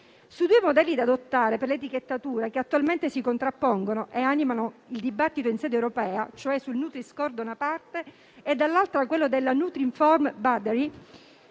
Sui due modelli da adottare per l'etichettatura, che attualmente si contrappongono e animano il dibattito in sede europea, cioè sul nutri-score da una parte e dall'altra quello della nutrinform battery,